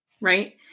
Right